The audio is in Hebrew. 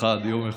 מלידה.